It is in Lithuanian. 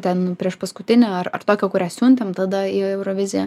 ten priešpaskutinę ar ar tokią kurią siuntėm tada į euroviziją